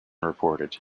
reported